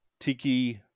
tiki